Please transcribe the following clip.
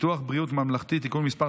ביטוח בריאות ממלכתי (תיקון מס'